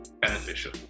beneficial